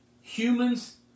Humans